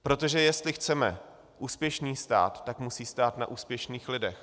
Protože jestli chceme úspěšný stát, tak musí stát na úspěšných lidech.